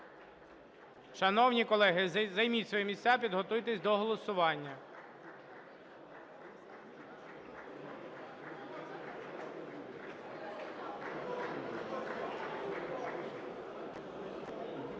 Шановні колеги, займіть свої місця, підготуйтесь до голосування.